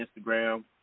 Instagram